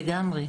לגמרי.